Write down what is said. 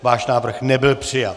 Váš návrh nebyl přijat.